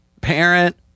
parent